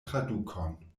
tradukon